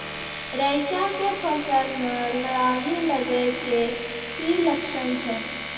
रैचा के फसल मे लाही लगे के की लक्छण छै?